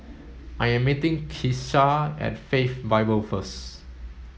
I am meeting Kisha at Faith Bible first